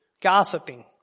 gossiping